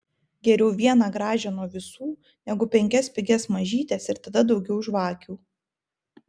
geriau vieną gražią nuo visų negu penkias pigias mažytes ir tada daugiau žvakių